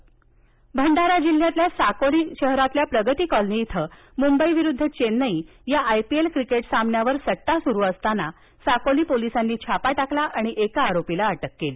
भंडारा भंडारा जिल्ह्यामधील साकोली शहरातील प्रगती कॉलनी इथं मुंबई विरुद्ध चेन्नई या आयपीएल क्रिकेट सामन्यावर सट्टा सुरू असताना साकोली पोलिसांनी छापा टाकत एका आरोपीला अटक केली